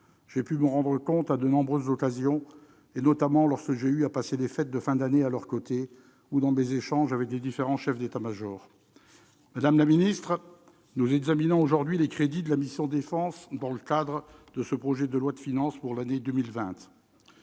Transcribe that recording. J'ai pu m'en rendre compte à de nombreuses occasions, notamment lorsque j'ai eu à passer les fêtes de fin d'années à leurs côtés, ou au cours de mes échanges avec les différents chefs d'état-major. Madame la ministre, nous examinons aujourd'hui les crédits de la mission « Défense », dans le cadre du projet de loi de finances pour l'année 2020.